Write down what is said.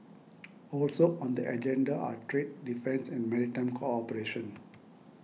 also on the agenda are trade defence and maritime cooperation